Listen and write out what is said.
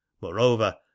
moreover